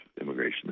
immigration